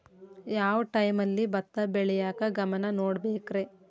ಯಾವ್ ಟೈಮಲ್ಲಿ ಭತ್ತ ಬೆಳಿಯಾಕ ಗಮನ ನೇಡಬೇಕ್ರೇ?